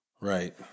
Right